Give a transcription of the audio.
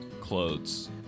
clothes